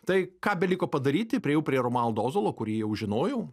tai ką beliko padaryti priėjau prie romualdo ozolo kurį jau žinojau